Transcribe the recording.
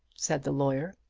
said the lawyer,